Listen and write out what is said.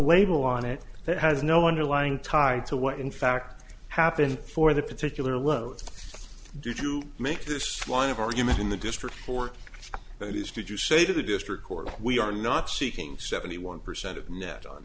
label on it that has no underlying tied to what in fact happened for the particular loan do you make this line of argument in the district for that is did you say to the district court we are not seeking seventy one percent of net on